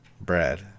bread